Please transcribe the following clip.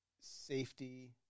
safety